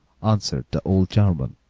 answered the old german.